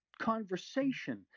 conversation